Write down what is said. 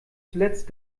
zuletzt